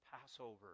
Passover